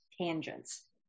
tangents